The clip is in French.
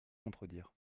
contredire